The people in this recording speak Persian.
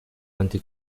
آنتی